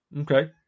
Okay